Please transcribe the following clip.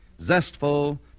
Zestful